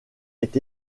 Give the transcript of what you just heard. est